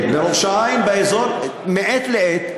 בראש-העין, באזור, הם מגיעים מעת לעת,